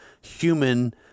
human